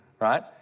right